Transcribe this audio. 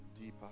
deeper